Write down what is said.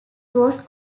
was